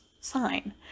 sign